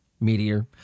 meteor